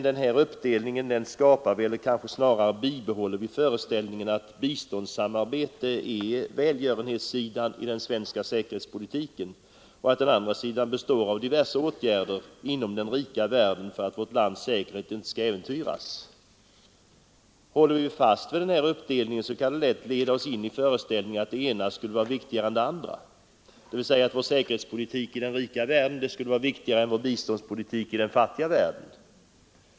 Denna uppdelning skapar — eller kanske snarare bibehåller — föreställningen att biståndssamarbete är välgörenhetssidan i den svenska säkerhetspolitiken och att den andra sidan består av diverse åtgärder inom den rika världen för att vårt lands säkerhet inte skall äventyras. Håller vi fast vid denna uppdelning kan det lätt leda till föreställningen att det ena skulle vara viktigare än det andra, dvs. att vår säkerhetspolitik i den rika världen skulle vara viktigare än vår biståndpolitik i den fattiga världen.